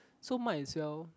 so might as well